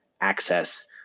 access